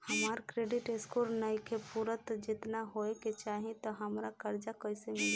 हमार credit score नईखे पूरत जेतना होए के चाही त हमरा कर्जा कैसे मिली?